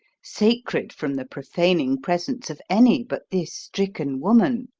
sacred from the profaning presence of any but this stricken woman.